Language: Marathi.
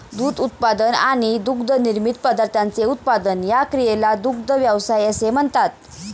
दूध उत्पादन आणि दुग्धनिर्मित पदार्थांचे उत्पादन या क्रियेला दुग्ध व्यवसाय असे म्हणतात